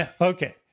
Okay